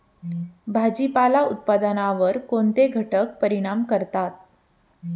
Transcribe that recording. भाजीपाला उत्पादनावर कोणते घटक परिणाम करतात?